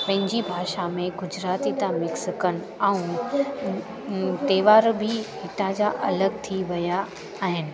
पंहिंजी भाषा में गुजराती था मिक्स कनि ऐं त्योहार बि हितां जा अलॻि थी विया आहिनि